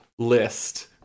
list